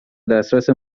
دسترس